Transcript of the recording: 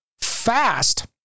fast